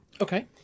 Okay